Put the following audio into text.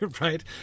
Right